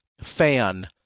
fan